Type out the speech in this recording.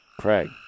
Craig